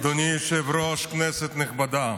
אדוני היושב-ראש, כנסת נכבדה,